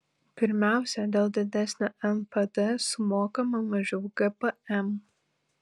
pirmiausia dėl didesnio npd sumokama mažiau gpm